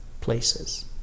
places